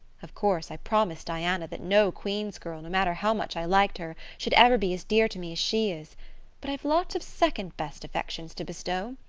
of course i promised diana that no queen's girl, no matter how much i liked her, should ever be as dear to me as she is but i've lots of second-best affections to bestow.